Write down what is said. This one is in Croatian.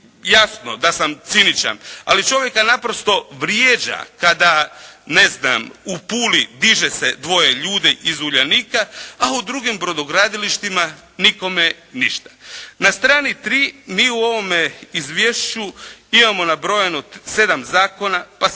jasno da sam ciničan, ali čovjeka naprosto vrijeđa kada u Puli diže se dvoje ljudi iz "Uljanika", a u drugim brodogradilištima nikome ništa. Na strani 3. mi u ovome izvješću imamo nabrojano 7 zakona, 13